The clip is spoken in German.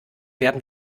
werden